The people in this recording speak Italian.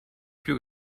più